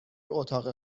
اتاق